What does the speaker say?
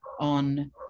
on